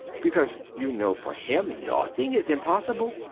because you know, for him nothing is impossible.